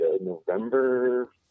November